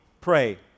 pray